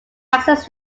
access